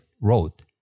wrote